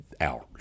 hours